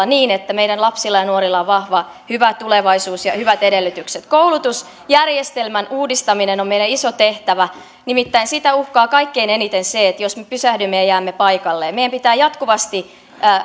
niin että meidän lapsilla ja nuorilla on vahva hyvä tulevaisuus ja hyvät edellytykset koulutusjärjestelmän uudistaminen on meille iso tehtävä nimittäin sitä uhkaa kaikkein eniten se jos me pysähdymme ja jäämme paikalleen meidän pitää jatkuvasti